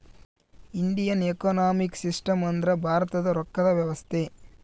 Indian economic system ಅಂದ್ರ ಭಾರತದ ರೊಕ್ಕದ ವ್ಯವಸ್ತೆ